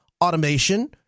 Automation